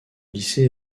lycée